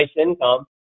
income